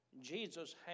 Jesus